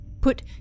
put